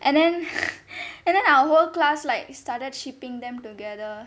and then and then our whole class like started shipping them together